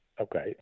okay